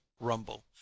rumble